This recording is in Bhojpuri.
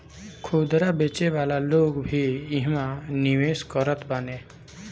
खुदरा बेचे वाला लोग भी इहवा निवेश करत बाने